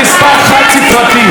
אנחנו נעשה,